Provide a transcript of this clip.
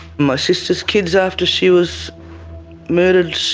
my sister's kids after she was murdered